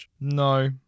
No